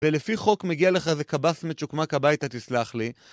ולפי חוק מגיע לך איזה קב"ס מצ'וקמק הביתה, תסלח לי